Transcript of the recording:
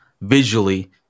visually